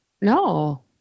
No